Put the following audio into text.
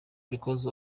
because